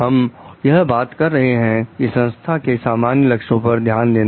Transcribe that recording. हम यह बात कर रहे हैं कि संस्था के सामान्य लक्ष्यों पर ध्यान देना